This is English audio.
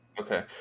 Okay